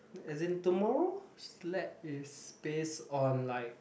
as in tomorrow's lab is based on like